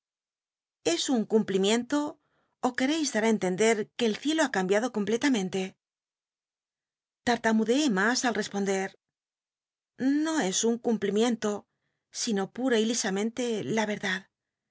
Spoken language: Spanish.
es un cumplimi ento ó quereis dar á entctp dcr que el ciclo ha cambiado completamente tartamudeé mas al responder no es un cumplimi en to sino pnra y lisamente la verdad